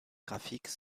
graphique